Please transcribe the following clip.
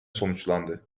sonuçlandı